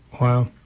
Wow